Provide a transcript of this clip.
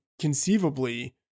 conceivably